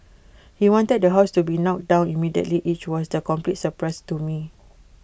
he wanted the house to be knocked down immediately which was A complete surprise to me